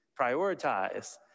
prioritize